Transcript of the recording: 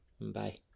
Bye